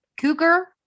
cougar